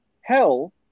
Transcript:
hell